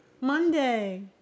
Monday